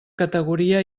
categoria